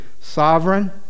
Sovereign